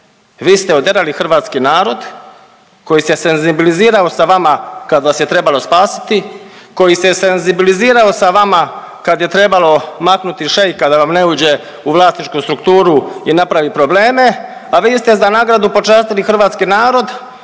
vi ste oderali hrvatski narod koji se senzibilizirao sa vama kad vas je trebalo spasiti, koji se senzibilizirao sa vama kad je trebalo maknuti šeika da vam ne uđe u vlasničku strukturu i napravi probleme, a vi ste za nagradu počastili hrvatski narod